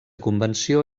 convenció